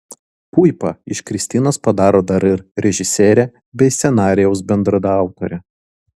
puipa iš kristinos padaro dar ir režisierę bei scenarijaus bendraautorę